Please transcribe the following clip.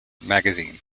magazine